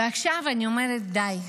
ועכשיו אני אומרת: די,